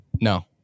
No